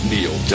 Neil